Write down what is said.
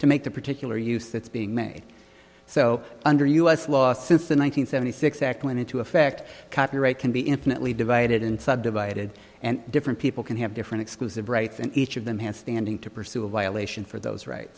to make the particular use that's being made so under u s law since the one thousand nine hundred six act went into effect copyright can be infinitely divided in subdivided and different people can have different exclusive rights and each of them has standing to pursue a violation for those right